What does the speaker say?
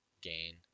gain